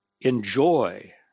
enjoy